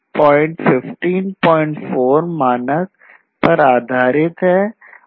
यह IEEE 802154 मानक पर आधारित है